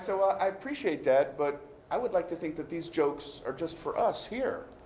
so well, i appreciate that. but i would like to think that these jokes are just for us here.